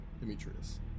Demetrius